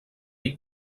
ell